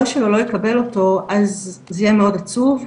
שלו לא יקבל אותו אז זה יהיה מאוד עצוב,